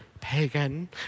Pagan